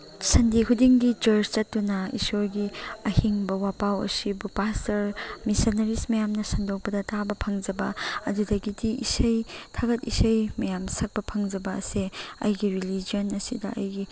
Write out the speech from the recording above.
ꯁꯟꯗꯦ ꯈꯨꯗꯤꯡꯒꯤ ꯆꯔꯁ ꯆꯠꯇꯨꯅ ꯏꯁꯣꯔꯒꯤ ꯑꯍꯤꯡꯕ ꯋꯄꯥꯎ ꯑꯁꯤꯕꯨ ꯄꯥꯁꯇꯔ ꯃꯤꯁꯟꯅꯔꯤꯁ ꯃꯌꯥꯝꯅ ꯁꯟꯗꯣꯛꯄꯗ ꯇꯥꯕ ꯐꯪꯖꯕ ꯑꯗꯨꯗꯒꯤꯗꯤ ꯏꯁꯩ ꯊꯥꯒꯠ ꯏꯁꯩ ꯃꯌꯥꯝ ꯁꯛꯄ ꯐꯪꯖꯕ ꯑꯁꯦ ꯑꯩꯒꯤ ꯔꯤꯂꯤꯖꯟ ꯑꯁꯤꯗ ꯑꯩꯒꯤ